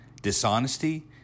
dishonesty